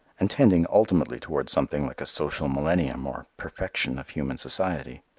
and tending ultimately towards something like a social millennium or perfection of human society.